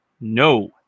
No